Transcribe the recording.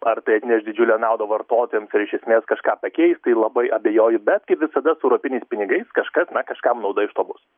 ar tai atneš didžiulę naudą vartotojams ir iš esmės kažką pakeis tai labai abejoju bet kaip visada su europiniais pinigais kažkas na kažkam nauda iš to bus